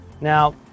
now